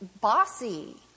bossy